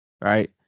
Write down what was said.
right